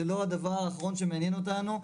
זה לא הדבר האחרון שמעניין אותנו,